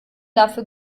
dafür